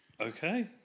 Okay